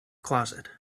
closet